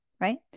right